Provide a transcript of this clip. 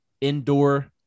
indoor